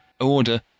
Order